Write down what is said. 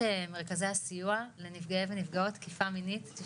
צהריים טובים לחברתי ח"כ קטי שטרית שנמצאת פה